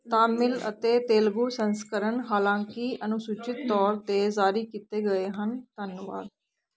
ਤਾਮਿਲ ਅਤੇ ਤੇਲਗੂ ਸੰਸਕਰਣ ਹਾਲਾਂਕਿ ਅਨੁਸੂਚਿਤ ਤੌਰ 'ਤੇ ਜ਼ਾਰੀ ਕੀਤੇ ਗਏ ਹਨ ਧੰਨਵਾਦ